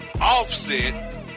Offset